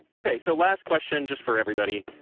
okay. so, last question just for everybody.